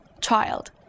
child